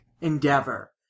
endeavor